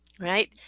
right